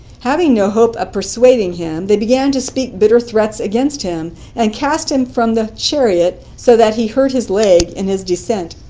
having no hope of persuading him, they began to speak bitter threats against him and cast him from the chariot so that he hurt his leg in his descent.